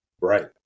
Right